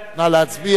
נא להצביע.